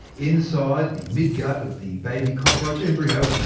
inside the midgut of the baby cockroach embryo,